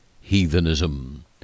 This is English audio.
heathenism